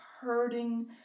hurting